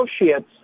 associates